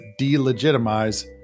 delegitimize